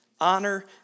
Honor